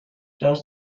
does